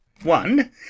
One